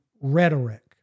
rhetoric